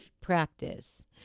practice